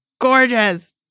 gorgeous